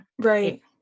Right